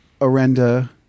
Arenda